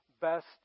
best